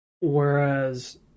whereas